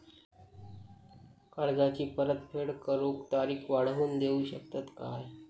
कर्जाची परत फेड करूक तारीख वाढवून देऊ शकतत काय?